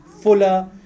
fuller